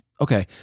okay